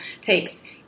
takes